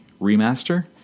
remaster